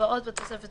המובאות בתוספות